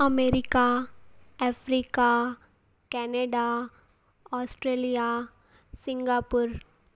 America Africa Canada Australia Singapore